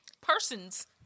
persons